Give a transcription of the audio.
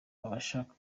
abashaka